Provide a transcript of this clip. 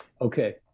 Okay